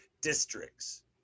districts